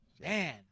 Man